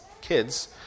kids